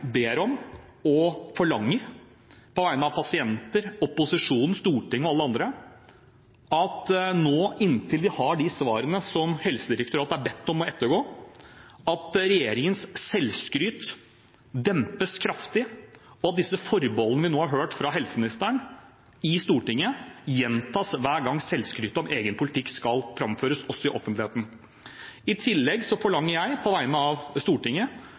ber om og forlanger at regjeringens selvskryt dempes kraftig inntil vi har de svarene som Helsedirektoratet er bedt om å ettergå, og at disse forbeholdene vi nå har hørt fra helseministeren i Stortinget, gjentas hver gang selvskrytet om egen politikk skal framføres, også i offentligheten. I tillegg forlanger jeg, på vegne av Stortinget,